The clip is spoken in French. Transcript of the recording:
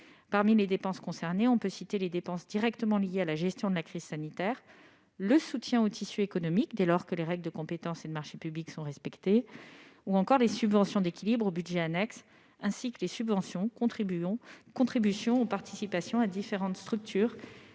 Parmi les dépenses concernées, on peut citer les dépenses directement liées à la gestion de la crise sanitaire, le soutien au tissu économique, dès lors que les règles de compétence et de marchés publics sont respectées, ou encore les subventions d'équilibre aux budgets annexes, ainsi que les subventions, contributions ou participations à différentes structures